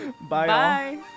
Bye